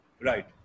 Right